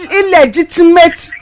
illegitimate